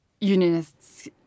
unionists